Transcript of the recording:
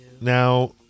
Now